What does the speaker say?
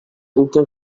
aucun